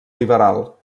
liberal